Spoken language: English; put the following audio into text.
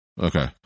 Okay